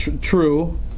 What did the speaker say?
True